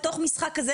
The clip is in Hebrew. בתוך המשחק הזה,